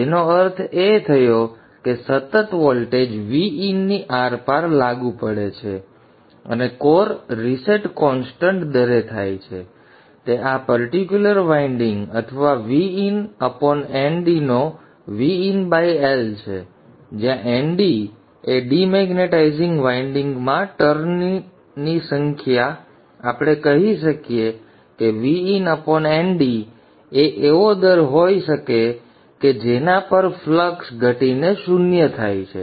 જેનો અર્થ એ થયો કે સતત વોલ્ટેજ Vin ની આરપાર લાગુ પડે છે અને કોર રીસેટ કોન્સ્ટન્ટ દરે થાય છે અને તે આ પર્ટિક્યુલર વાઇન્ડિંગ અથવા Vin Nd નો Vin L છે જ્યાં ND એ આ ડિમેગ્નેટાઇઝિંગ વાઇન્ડિંગમાં ટર્ન્સની સંખ્યા છે આપણે કહી શકીએ કે VinNd એ એવો દર હશે કે જેના પર ફ્લક્સ ઘટીને શૂન્ય થાય છે